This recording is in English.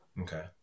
okay